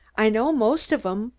i know most of em,